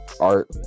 art